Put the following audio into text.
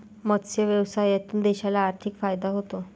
मत्स्य व्यवसायातून देशाला आर्थिक फायदा होतो